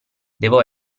devo